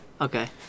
Okay